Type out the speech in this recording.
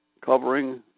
covering